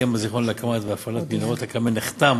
הסכם הזיכיון להקמת והפעלת מנהרות הכרמל נחתם